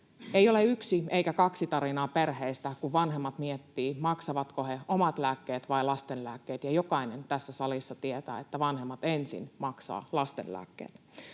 Ei ole yksi eikä kaksi tarinaa perheistä, kun vanhemmat miettivät, maksavatko he omat lääkkeet vai lasten lääkkeet, ja jokainen tässä salissa tietää, että vanhemmat ensin maksavat lasten lääkkeet.